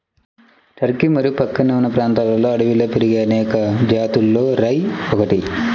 Turkey మరియు ప్రక్కనే ఉన్న ప్రాంతాలలో అడవిలో పెరిగే అనేక జాతులలో రై ఒకటి